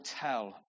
tell